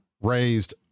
raised